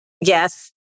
yes